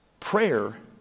Prayer